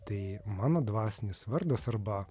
tai mano dvasinis vardas arba